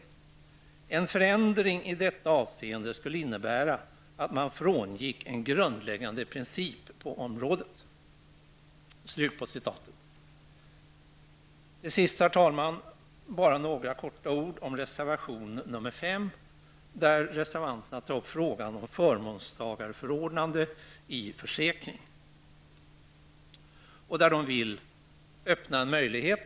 En förändring i detta avseende skulle innebära att man frångick en grundläggande princip på området.'' Herr talman! Så några ord om reservation nr 5, där reservanterna tar upp frågan om förmånstagarförordnande i försäkringen. Reservanterna vill åstadkomma en öppning här.